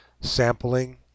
sampling